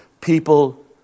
people